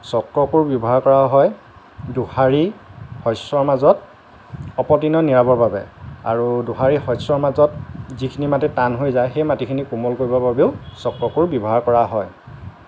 চক্ৰকোৰ ব্যৱহাৰ কৰা হয় দুশাৰী শস্যৰ মাজত অপতৃণ নিয়াবৰ বাবে আৰু দুশাৰী শস্যৰ মাজত যিখিনি মাটি টান হৈ যায় সেই মাটিখিনি কোমল কৰিবৰ বাবেও চক্ৰকোৰ ব্যৱহাৰ কৰা হয়